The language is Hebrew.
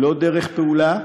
דרך פעולה,